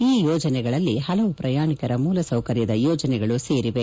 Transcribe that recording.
ಈ ಯೋಜನೆಗಳಲ್ಲಿ ಹಲವು ಪ್ರಯಾಣಿಕರ ಮೂಲಸೌಕರ್ಯದ ಯೋಜನೆಗಳು ಸೇರಿವೆ